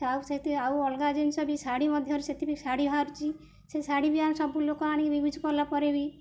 ଆଉ ସେଥିରେ ଆଉ ଅଲଗା ଜିନିଷ ବି ଶାଢ଼ୀ ମଧ୍ୟରୁ ସେଠି ବି ଶାଢ଼ୀ ବାହାରୁଛି ସେ ଶାଢ଼ୀ ବି ଆ ସବୁଲୋକ ଆଣି ୟୁଜ କଲାପରେ ବି